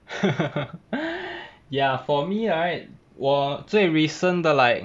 ya for me right 我最 recent 的 like